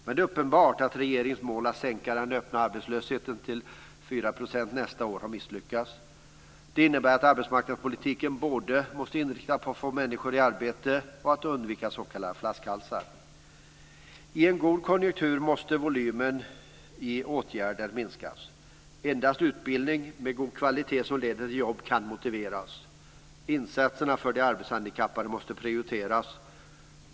Men det är uppenbart att regeringens mål att sänka den öppna arbetslösheten till 4 % nästa år har misslyckats. Det innebär att arbetsmarknadspolitiken både måste inriktas på att få människor i arbete och på att undvika s.k. flaskhalsar. I en god konjunktur måste volymen vad gäller antalet åtgärder minska. Endast utbildning med god kvalitet som leder till jobb kan motiveras. Insatserna för de arbetshandikappade måste prioriteras.